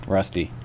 Rusty